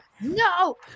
No